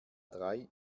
drei